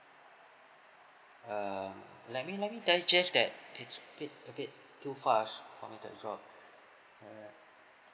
um let me let me digest that it's a bit a bit too fast for me to absorb alright